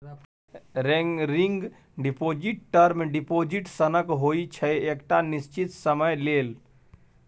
recurring deposit term deposit सनक होइ छै एकटा निश्चित समय लेल